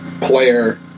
player